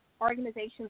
organizations